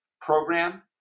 program